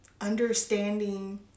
understanding